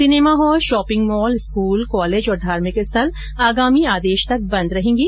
cinema hall shopping mall school college और धार्मिक स्थल आगामी आदेशो तक बंद रहेंगे